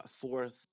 Fourth